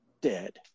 dead